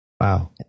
Wow